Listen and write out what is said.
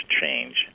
change